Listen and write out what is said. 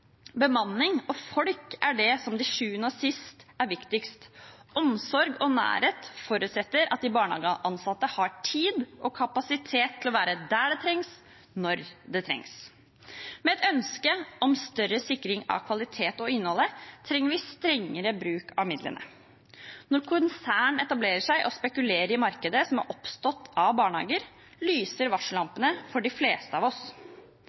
Bemanning og folk er det som til sjuende og sist er viktigst. Omsorg og nærhet forutsetter at de barnehageansatte har tid og kapasitet til å være der det trengs, når det trengs. Med et ønske om større sikring av kvalitet i innholdet trenger vi strengere bruk av midlene. Når konserner etablerer seg og spekulerer i barnehagemarkedet som har oppstått, lyser varsellampene for de fleste av oss.